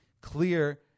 clear